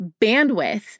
bandwidth